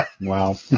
Wow